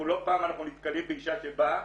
לא פעם אנחנו נתקלים באישה שבאה,